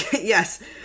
Yes